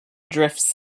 drifts